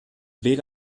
wäre